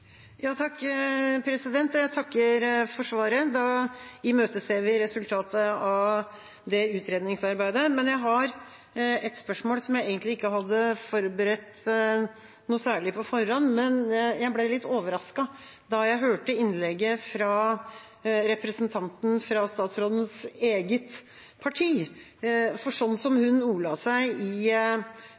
Jeg takker for svaret, og da imøteser vi resultatet av det utredningsarbeidet. Men jeg har et spørsmål, som jeg egentlig ikke hadde forberedt noe særlig på forhånd. Jeg ble litt overrasket da jeg hørte innlegget fra representanten fra statsrådens eget parti. Slik hun ordla seg i